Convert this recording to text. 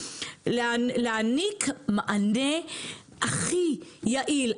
להעניק מענה הכי יעיל,